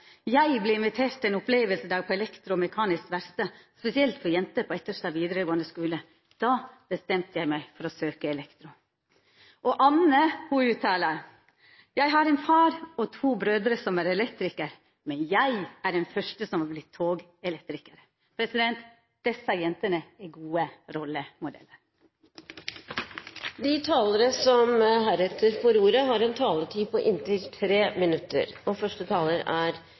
invitert til ein opplevingsdag på elektro- og mekanisk verkstad spesielt for jenter på Etterstad vidaregåande skule – da bestemte eg meg for å søkje elektro. Anne uttaler: Eg har ein far og to brør som er elektrikarar, men eg er den første som har vorte togelektrikar. Desse jentene er gode rollemodellar. De talere som heretter får ordet, har en taletid på inntil 3 minutter.